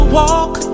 walk